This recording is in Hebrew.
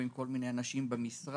ועם כל מיני אנשים במשרד,